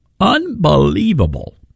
Unbelievable